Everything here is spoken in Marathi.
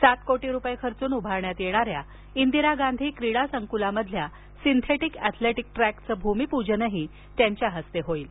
सात कोटी रुपये खर्चून उभारण्यात येणाऱ्या इंदिरा गांधी क्रीडा संक्लामधील सिंथेटिक अॅथलेटीक ट्रॅकचं भूमिपूजनही त्यांच्या हस्ते होईल